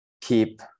keep